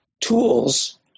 tools